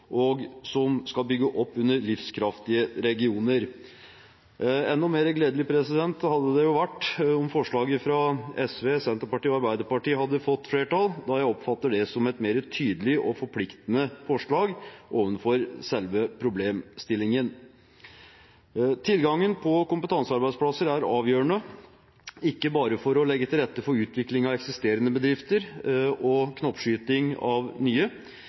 at regjeringen skal «fremme forslag til tiltak som sikrer at ny statlig virksomhet som hovedregel legges utenfor Oslo og bygger opp under livskraftige regioner». Enda mer gledelig hadde det vært om forslaget fra Sosialistisk Venstreparti, Senterpartiet og Arbeiderpartiet hadde fått flertall, da jeg oppfatter det som et mer tydelig og forpliktende forslag med tanke på selve problemstillingen. Tilgangen på kompetansearbeidsplasser er avgjørende, ikke bare for å legge til rette for utvikling av